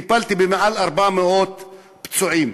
טיפלתי ביותר מ-400 פצועים